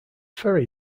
ferry